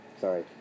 Sorry